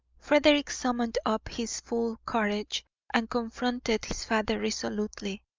frederick summoned up his full courage and confronted his father resolutely.